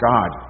God